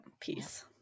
Peace